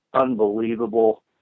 unbelievable